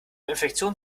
infektionen